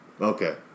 Okay